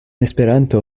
esperanto